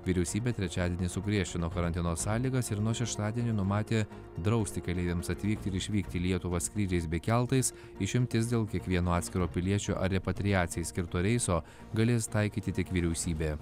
vyriausybė trečiadienį sugriežtino karantino sąlygas ir nuo šeštadienio numatė drausti keleiviams atvykti ir išvykti į lietuvą skrydžiais bei keltais išimtis dėl kiekvieno atskiro piliečio ar repatriacijai skirto reiso galės taikyti tik vyriausybė